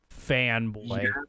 fanboy